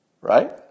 right